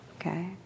Okay